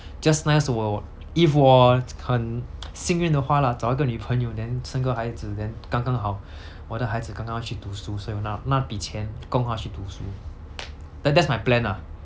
just nice 我 if 我很幸运的话 lah 找一个女朋友 then 生个孩子 then 刚刚好我的孩子刚刚要去读书所以我拿那笔钱供他去读书 that that's my plan ah